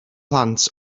plant